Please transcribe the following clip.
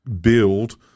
build